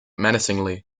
menacingly